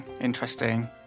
interesting